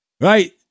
right